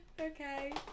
okay